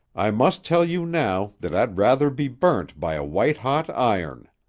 i must tell you now that i'd rather be burnt by a white-hot iron